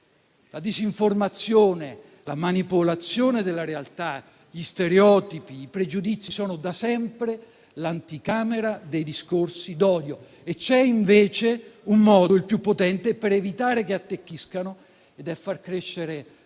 La disinformazione, la manipolazione della realtà, gli stereotipi, i pregiudizi sono da sempre l'anticamera dei discorsi d'odio. C'è, invece, un modo, il più potente, per evitare che attecchiscano ed è far crescere